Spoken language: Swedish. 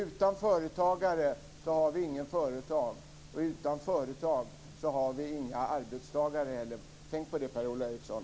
Utan företagare har vi inga företag, och utan företag har vi heller inga arbetstagare. Tänk på det, Per-Ola Eriksson!